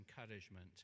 encouragement